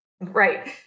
Right